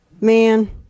man